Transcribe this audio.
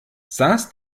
saß